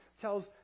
tells